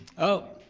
oh,